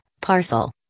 Parcel